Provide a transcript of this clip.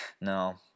No